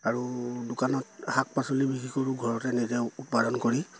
আৰু দোকানত শাক পাচলি বিক্ৰী কৰোঁ ঘৰতে নিজে উৎপাদন কৰি